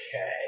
Okay